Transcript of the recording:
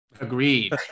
Agreed